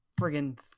friggin